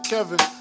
Kevin